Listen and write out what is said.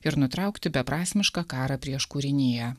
ir nutraukti beprasmišką karą prieš kūriniją